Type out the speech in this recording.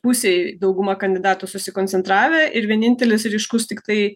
pusėj dauguma kandidatų susikoncentravę ir vienintelis ryškus tiktai